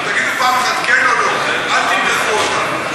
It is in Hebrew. תגידו פעם אחת כן או לא, אל תמרחו אותנו.